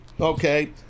Okay